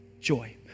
joy